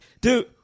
Dude